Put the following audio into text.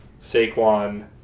Saquon